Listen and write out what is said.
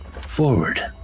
forward